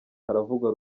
haravugwa